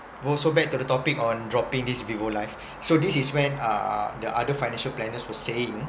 also back to the topic on dropping this vivo life so this is when uh the other financial planners were saying